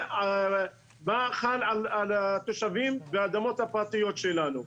זה חל על התושבים ועל האדמות הפרטיות שלנו.